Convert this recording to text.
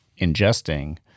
ingesting